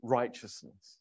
righteousness